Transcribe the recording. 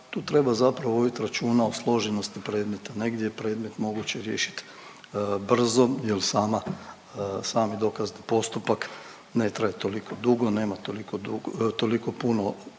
tu treba zapravo vodit računa o složenosti predmeta. Negdje je predmet moguće riješit brzo jer sama, sami dokazni postupak ne traje toliko dugo, nema toliko dugo,